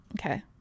Okay